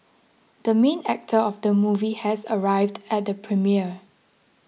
the main actor of the movie has arrived at the premiere